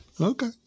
Okay